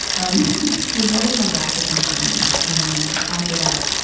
um she was married to my dad for twenty seven years, and then after that,